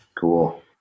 Cool